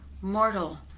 Mortal